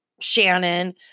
Shannon